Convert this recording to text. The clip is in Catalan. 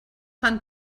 fan